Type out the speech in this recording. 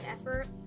effort